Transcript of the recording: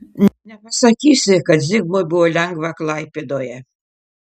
nepasakysi kad zigmui buvo lengva klaipėdoje